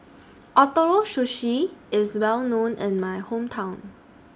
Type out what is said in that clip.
Ootoro Sushi IS Well known in My Hometown